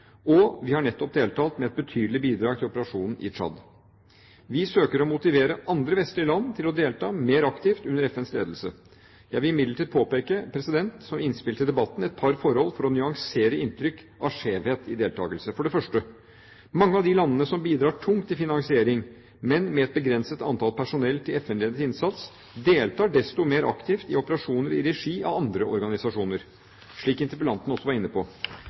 Og vi har nettopp deltatt med et betydelig bidrag til operasjonen i Tsjad. Vi søker å motivere andre vestlige land til å delta mer aktivt under FNs ledelse. Jeg vil imidlertid påpeke, som innspill til debatten, et par forhold for å nyansere inntrykket av skjevhet i deltakelse: For det første: Mange av de landene som bidrar tungt til finansiering, men med et begrenset antall personell til FN-ledet innsats, deltar desto mer aktiv i operasjoner i regi av andre organisasjoner, slik interpellanten også var inne på.